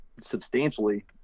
substantially